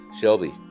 Shelby